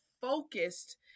focused